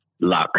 Luck